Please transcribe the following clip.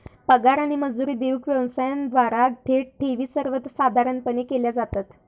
पगार आणि मजुरी देऊक व्यवसायांद्वारा थेट ठेवी सर्वसाधारणपणे केल्या जातत